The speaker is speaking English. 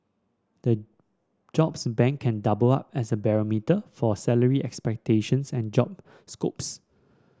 the jobs bank can double up as a barometer for a salary expectations and job scopes